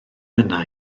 yna